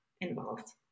involved